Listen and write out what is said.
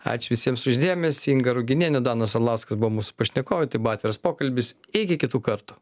ačiū visiems už dėmesį inga ruginienė danas arlauskas buvo mūsų pašnekovai tai buvo atviras pokalbis iki kitų kartų